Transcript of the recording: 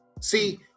See